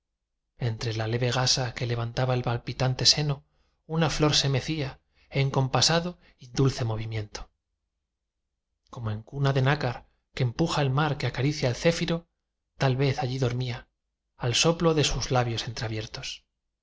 entre la leve gasa que levantaba el palpitante seno una flor se mecía en compasado y dulce movimiento como en cuna de nácar que empuja el mar y que acaricia el céfiro tal vez allí dormía al soplo de sus labios